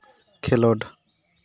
ᱠᱷᱮᱞᱳᱰ